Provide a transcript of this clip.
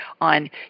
on